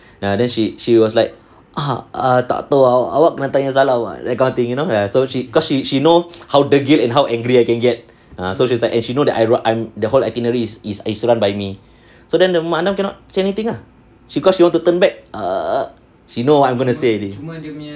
ya then she she was like err err tak tahu awak tanya salam that kind of thing you know ya so she cause she she know how degil and how angry I can get err so she's like and she know that I I'm the whole itinerary is is run by me so then the mak andam cannot say anything lah she cause she want to turn back err she know what I'm gonna say already